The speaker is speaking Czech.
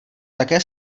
také